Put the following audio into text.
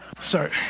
Sorry